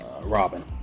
Robin